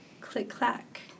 click-clack